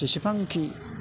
बेसेबांखि